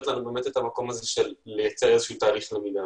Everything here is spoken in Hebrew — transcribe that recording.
לנו לייצר תהליך למידה.